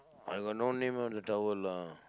I got no name on the towel lah